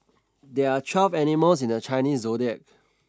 there are twelve animals in the Chinese zodiac